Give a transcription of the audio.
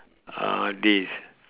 uh days